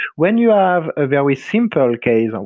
when you are a very simple case, and